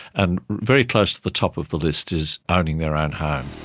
and very close to the top of the list is owning their own home.